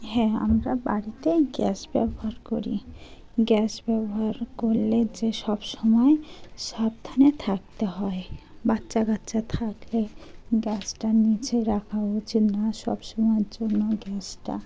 হ্যাঁ আমরা বাড়িতেই গ্যাস ব্যবহার করি গ্যাস ব্যবহার করলে যে সবসময় সাবধানে থাকতে হয় বাচ্চা কাচ্চা থাকলে গ্যাসটা নিচে রাখা উচিত না সব সময়ের জন্য গ্যাসটা